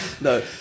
No